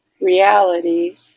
reality